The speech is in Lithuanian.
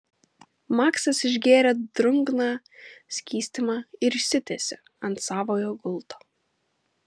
maksas išgėrė drungną skystimą ir išsitiesė ant savojo gulto